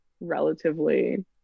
relatively